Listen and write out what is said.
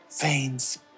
veins